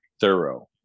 thorough